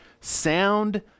sound